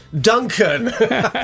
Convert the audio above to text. Duncan